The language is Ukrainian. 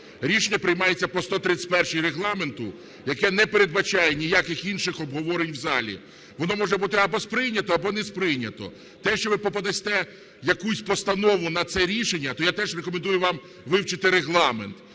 Рішення приймається по 131-й Регламенту, яке не передбачає ніяких інших обговорень в залі. Воно може бути або сприйнято, або не сприйнято. Те, що ви подасте якусь постанову на це рішення, то я теж рекомендую вам вивчити Регламент.